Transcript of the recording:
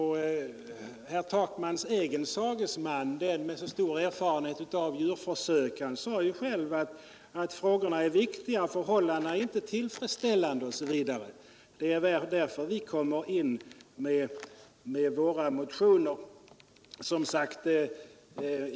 Herr Takmans egen sagesman som har så stor erfarenhet av djurförsök säger ju själv ”att frågorna är viktiga men att förhållandena inte är tillfredsställande” osv. Det är därför vi kommer med våra motioner.